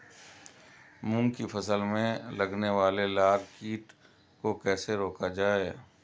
मूंग की फसल में लगने वाले लार कीट को कैसे रोका जाए?